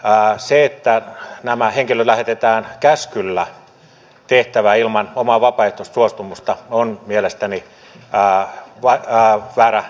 se että nämä henkilöt lähetetään käskyllä tehtävään ilman omaa vapaaehtoista suostumusta on mielestäni väärä lähestymiskulma